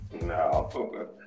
No